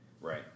Right